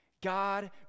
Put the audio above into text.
God